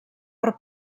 per